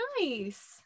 nice